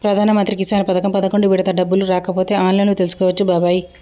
ప్రధానమంత్రి కిసాన్ పథకం పదకొండు విడత డబ్బులు రాకపోతే ఆన్లైన్లో తెలుసుకోవచ్చు బాబాయి